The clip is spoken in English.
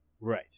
Right